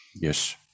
Yes